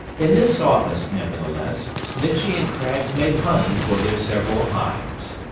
in this office, nevertheless, snitchey and craggs made honey for their several hives.